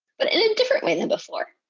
but in a different way than before.